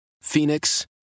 Phoenix